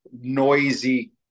noisy